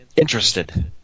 interested